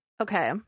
Okay